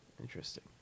interesting